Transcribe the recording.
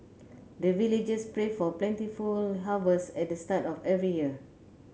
the villagers pray for plentiful harvest at the start of every year